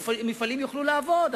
מפעלים יוכלו לעבוד,